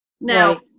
Now